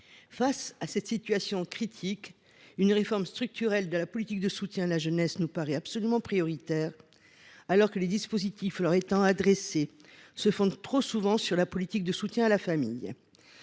Face à cette situation critique, une réforme structurelle de la politique de soutien à la jeunesse nous apparaît absolument prioritaire, alors que les dispositifs qui lui sont adressés se fondent trop souvent sur la politique de soutien à la famille.